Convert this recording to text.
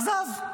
עזב.